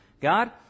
God